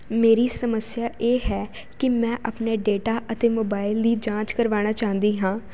ਮੇਰੀ ਸਮੱਸਿਆ ਇਹ ਹੈ ਕਿ ਮੈਂ ਆਪਣੇ ਡੇਟਾ ਅਤੇ ਮੋਬਾਇਲ ਦੀ ਜਾਂਚ ਕਰਵਾਉਣਾ ਚਾਹੁੰਦੀ ਹਾਂ